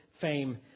fame